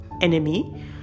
enemy